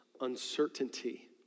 uncertainty